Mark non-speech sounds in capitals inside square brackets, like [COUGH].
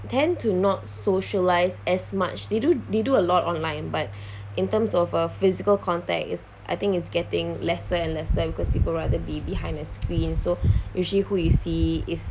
tend to not socialise as much they do they do a lot online but [BREATH] in terms of a physical contact is I think is getting lesser and lesser because people rather be behind a screen so usually who you see is